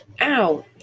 ow